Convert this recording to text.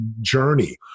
journey